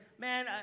man